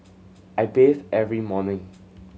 I bathe every morning